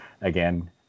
again